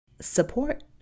support